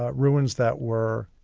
ah ruins that were